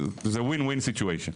זהו win-win situation.